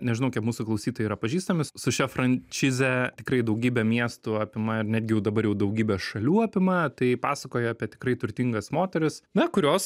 nežinau kaip mūsų klausytojai yra pažįstami su šia frančize tikrai daugybę miestų apima ir netgi jau dabar jau daugybė šalių apima tai pasakoja apie tikrai turtingas moteris na kurios